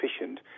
efficient